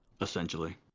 Essentially